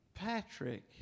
Patrick